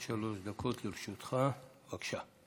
עד שלוש דקות לרשותך, בבקשה.